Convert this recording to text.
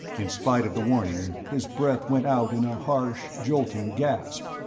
in spite of the warning, his breath went out in a harsh, jolting gasp.